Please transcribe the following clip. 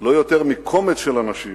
לא יותר מקומץ של אנשים